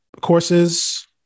courses